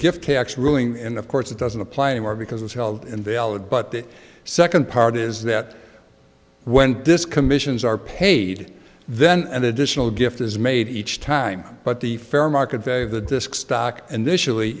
gift tax ruling and of course it doesn't apply anymore because it's held invalid but the second part is that when disk commissions are paid then an additional gift is made each time but the fair market value of the disk stock